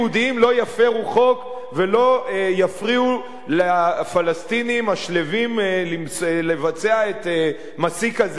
יפירו חוק ולא יפריעו לפלסטינים השלווים לבצע את מסיק הזיתים,